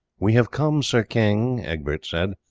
we have come, sir king, egbert said,